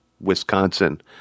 Wisconsin